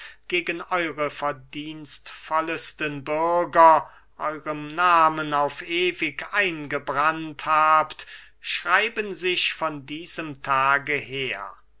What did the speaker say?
gegen eure verdienstvollesten bürger eurem nahmen auf ewig eingebrannt habt schreiben sich von diesem tage her